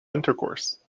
intercourse